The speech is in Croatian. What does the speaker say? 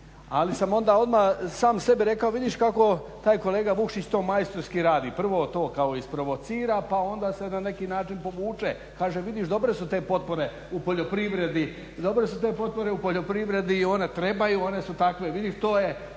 Ali sam onda odmah sam sebi rekao vidiš kako taj kolega Vukšić to majstorski radi, prvo to kao isprovocira pa onda se na neki način povuče, kaže vidiš dobre su te potpore u poljoprivredi, dobre su te potpore u poljoprivredi i one trebaju i one su takve. Vidiš to je